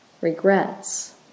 regrets